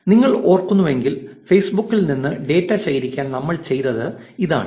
നിങ്ങൾ ഓർക്കുന്നുവെങ്കിൽ ഫേസ്ബുക്കിൽ നിന്ന് ഡാറ്റ ശേഖരിക്കാൻ നമ്മൾ ചെയ്തത് ഇതാണ്